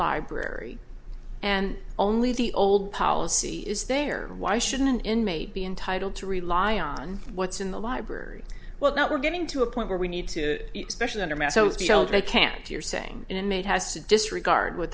library and only the old policy is there why should an inmate be entitled to rely on what's in the library well now we're getting to a point where we need to specially under mass they can't you're saying inmate has to disregard w